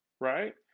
right